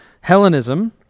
Hellenism